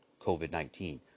COVID-19